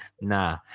Nah